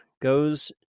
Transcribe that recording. goes